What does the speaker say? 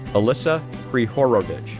alisa hryhorovych,